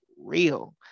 real